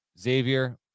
Xavier